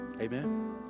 Amen